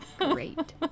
Great